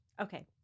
Okay